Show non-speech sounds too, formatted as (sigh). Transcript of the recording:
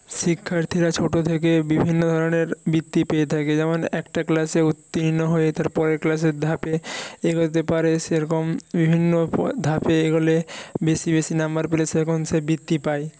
শিক্ষার্থীরা ছোটো থেকে বিভিন্ন ধরনের বৃত্তি পেয়ে থাকে যেমন একটা ক্লাসে উত্তীর্ণ হয়ে তার পরের ক্লাসের ধাপে এগোতে পারে সেরকম বিভিন্ন (unintelligible) ধাপে এগোলে বেশি বেশি নাম্বার পেলে সেরকম সে বৃত্তি পায়